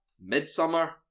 Midsummer